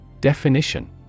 Definition